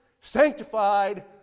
sanctified